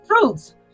fruits